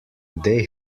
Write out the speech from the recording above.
they